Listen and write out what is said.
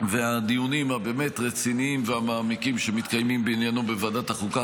והדיונים הרציניים והמעמיקים שמתקיימים בעניינו בוועדת החוקה,